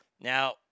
Now